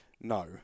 no